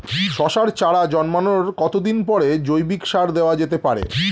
শশার চারা জন্মানোর কতদিন পরে জৈবিক সার দেওয়া যেতে পারে?